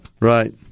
Right